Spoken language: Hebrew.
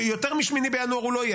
כנסת נכבדה,